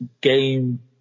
game